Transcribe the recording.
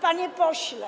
Panie pośle,